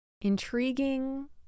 intriguing